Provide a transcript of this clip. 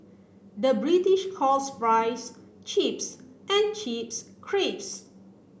the British calls fries chips and chips crisps